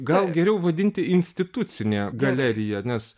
gal geriau vadinti institucinė galerija nes